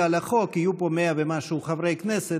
על החוק יהיו פה 100 ומשהו חברי כנסת,